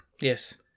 Yes